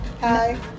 Hi